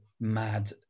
mad